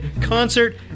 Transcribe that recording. Concert